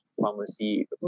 pharmacy